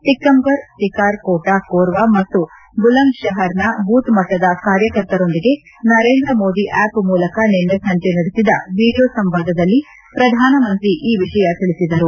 ಟಿಕ್ಕಮ್ಗರ್ ಸಿಕಾರ್ ಕೋಟಾ ಕೋರ್ವಾ ಮತ್ತು ಬುಲಂಗ್ ಶಹರ್ನ ಬೂತ್ ಮಟ್ಟದ ಕಾರ್ಯಕರ್ತರೊಂದಿಗೆ ನರೇಂದ್ರ ಮೋದಿ ಆ್ಲಪ್ ಮೂಲಕ ನಿನ್ನೆ ಸಂಜೆ ನಡೆಸಿದ ವಿಡಿಯೋ ಸಂವಾದದಲ್ಲಿ ಪ್ರಧಾನಮಂತ್ರಿ ಈ ವಿಷಯ ತಿಳಿಸಿದರು